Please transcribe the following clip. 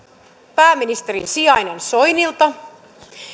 pääministerin sijainen soinilta